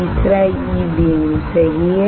3 E beam सही है